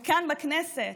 וכאן בכנסת,